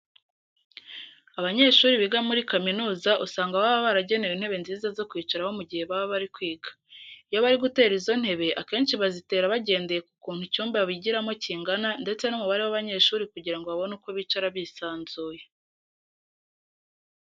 Abanyeshuri biga muri kaminuza usanga baba baragenewe intebe nziza zo kwicaraho mu gihe baba bari kwiga. Iyo bari gutera izo ntebe akenshi bazitera bagendeye ku kuntu icyumba bigiramo kingana ndetse n'umubare w'abanyeshuri kugira ngo babone uko bicara bisanzuye.